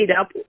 up